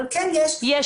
אבל כן יש --- יש,